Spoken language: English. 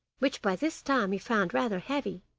which by this time he found rather heavy.